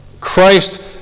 Christ